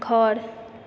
घर